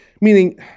Meaning